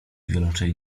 wiolonczeli